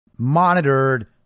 monitored